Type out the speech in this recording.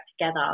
together